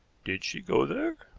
did she go there?